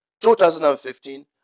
2015